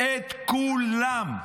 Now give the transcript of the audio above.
את כולם.